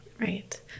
right